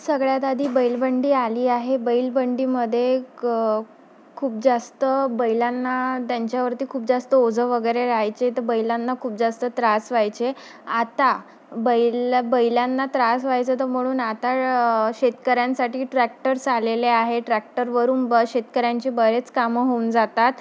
सगळ्यात आधी बैलबंडी आली आहे बैलबंडीमध्ये खूप क जास्त बैलांना त्यांच्यावरती खूप जास्त ओझं वगैरे राहायचे तर बैलांना खूप जास्त त्रास व्हायचे आता बैल बैलांना त्रास व्हायचं तर म्हणून आता शेतकऱ्यांसाठी ट्रॅक्टर्स आलेले आहे ट्रॅक्टरवरून ब शेतकऱ्यांचे बरेच कामं होऊन जातात